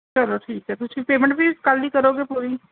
ਚਲੋ ਠੀਕ ਹੈ ਤੁਸੀਂ ਪੇਮੈਂਟ ਵੀ ਕੱਲ੍ਹ ਹੀ ਕਰੋਗੇ ਪੂਰੀ